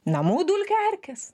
namų dulkių erkės